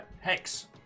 hex